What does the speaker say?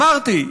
אמרתי,